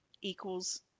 equals